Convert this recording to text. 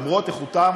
למרות איכותם